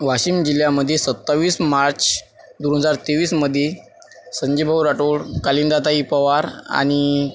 वाशिम जिल्ह्यामध्ये सत्तावीस मार्च दोन हजार तेवीसमध्ये संजूभाऊ राठोड कालिंदाताई पवार आणि